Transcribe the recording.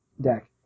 deck